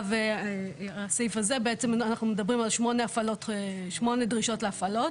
בסעיף הזה מדובר על שמונה דרישות להפעלות,